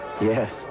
Yes